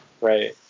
Right